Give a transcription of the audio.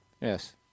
Yes